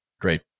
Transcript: great